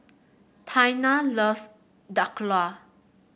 Taina loves Dhokla